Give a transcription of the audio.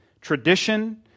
Tradition